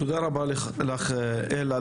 תודה רבה לך, אלה.